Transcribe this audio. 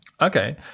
Okay